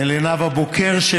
ולנאוה בוקר,